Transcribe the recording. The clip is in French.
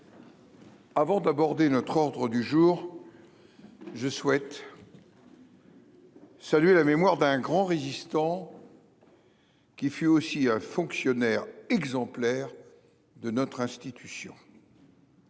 Avant d'aborder notre ordre du jour. Je souhaite. Salué la mémoire d'un grand résistant. Qui fut aussi un fonctionnaire exemplaire de notre institution.